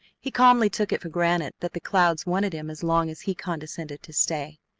he calmly took it for granted that the clouds wanted him as long as he condescended to stay.